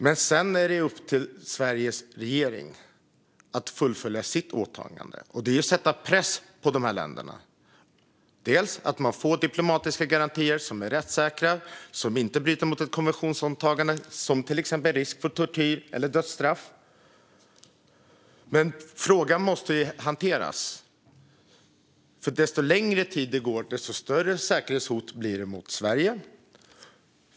Men sedan är det upp till Sveriges regering att fullfölja sitt åtagande och sätta press på dessa länder, bland annat för att få diplomatiska garantier som är rättssäkra och inte bryter mot något konventionsåtagande genom att det till exempel finns risk för tortyr eller dödsstraff. Men frågan måste hanteras. Ju längre tid som går, desto större blir säkerhetshotet mot Sverige.